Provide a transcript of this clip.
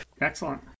Excellent